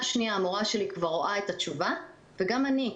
שנייה המורה שלי כבר רואה את התשובה וגם אני,